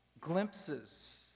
glimpses